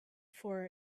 for